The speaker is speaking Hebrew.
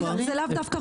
כי זה לאו דווקא